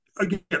again